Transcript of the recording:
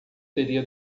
teria